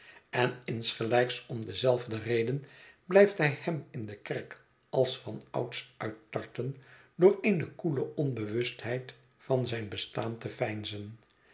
en insgelijks om dezelfde reden blijft hij hem in de kerk als vanouds uittarten door eene koele onbewustheid van zijn bestaan